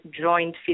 joint